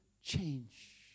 change